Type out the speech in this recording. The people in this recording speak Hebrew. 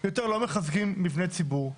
יותר לא מחזקים מבני ציבור.